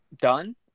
done